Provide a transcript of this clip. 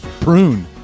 prune